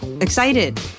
excited